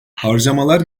harcamalar